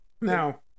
Now